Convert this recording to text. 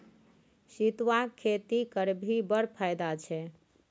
सितुआक खेती करभी बड़ फायदा छै